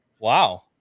Wow